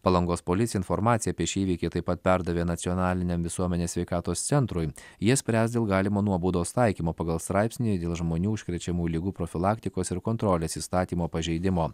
palangos policijai informaciją apie šį įvykį taip pat perdavė nacionaliniam visuomenės sveikatos centrui jie spręs dėl galimo nuobaudos taikymo pagal straipsnį dėl žmonių užkrečiamų ligų profilaktikos ir kontrolės įstatymo pažeidimo